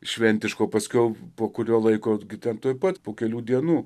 šventiška paskiau po kurio laiko gi ten tuoj pat po kelių dienų